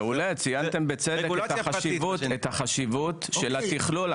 מעולה, אז ציינתם בצדק את החשיבות של התכלול.